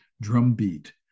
drumbeat